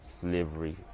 slavery